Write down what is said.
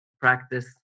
practice